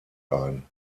ein